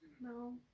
No